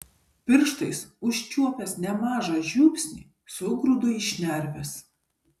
pirštais užčiuopęs nemažą žiupsnį sugrūdu į šnerves